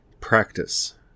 practice